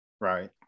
right